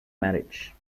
marriage